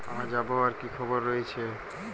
আজ আবহাওয়ার কি খবর রয়েছে?